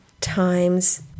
times